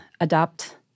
adopt